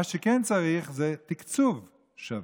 מה שכן צריך זה תקצוב שווה,